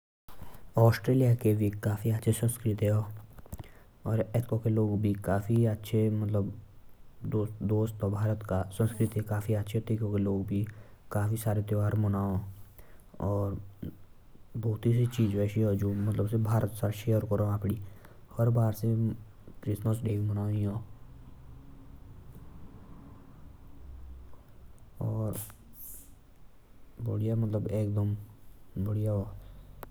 ऑस्ट्रेलिया के भी काफी अचा संस्कृति आ। भारत का दोस्त आ। काफी सारे त्यौहार मनौ। हर बार से क्रिसमस डे मनौ।